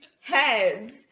heads